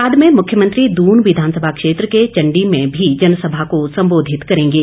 बाद में मुख्यमंत्री दून विधानसभा क्षेत्र के चंडी में भी जनसभा को सम्बोधित करेंगे